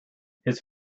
his